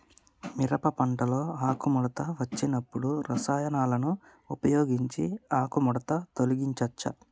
మిరప పంటలో ఆకుముడత వచ్చినప్పుడు రసాయనాలను ఉపయోగించి ఆకుముడత తొలగించచ్చా?